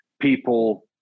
people